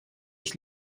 ich